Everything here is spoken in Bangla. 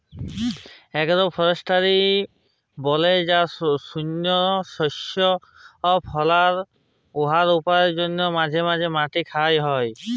এগ্রো ফরেস্টিরি বা বলে যে শস্য ফলাল হ্যয় উয়ার জ্যনহে মাঝে ম্যধে মাটির খ্যয় হ্যয়